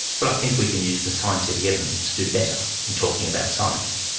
but i think we can use the scientific evidence to do better in talking about science.